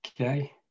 Okay